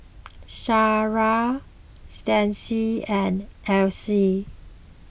Shara Stacie and Alcee